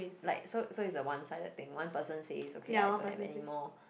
like so so it's a one sided thing one person say is okay I don't have anymore